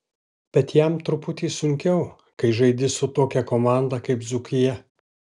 bet jam truputį sunkiau kai žaidi su tokia komanda kaip dzūkija